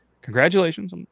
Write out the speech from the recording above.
congratulations